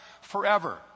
forever